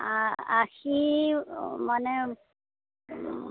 আষি মানে